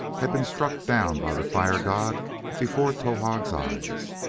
had been struck down by the fire-god before towahg's eyes.